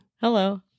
Hello